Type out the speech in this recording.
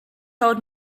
told